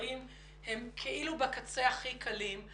שהדברים הם כאילו בקצה הכי קלים,